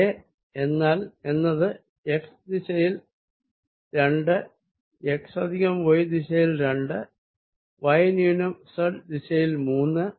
A എന്നത് x ദിശയിൽ രണ്ട് x പ്ലസ് y ദിശയിൽ രണ്ട് y ന്യൂനം z ദിശയിൽ മൂന്ന് z